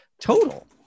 total